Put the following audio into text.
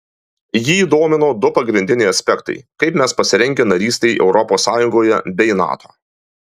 jį domino du pagrindiniai aspektai kaip mes pasirengę narystei europos sąjungoje bei nato